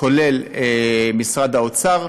כולל משרד האוצר.